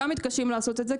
גם מתקשים לעשות את זה,